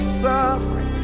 suffering